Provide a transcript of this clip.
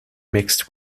mixed